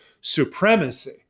supremacy